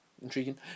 intriguing